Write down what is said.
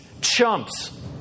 chumps